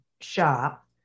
shop